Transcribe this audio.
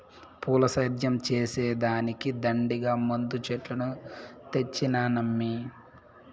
పూల సేద్యం చేసే దానికి దండిగా మందు చెట్లను తెచ్చినానమ్మీ